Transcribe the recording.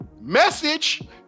Message